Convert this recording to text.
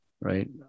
right